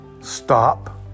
Stop